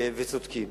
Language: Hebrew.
וצודקים.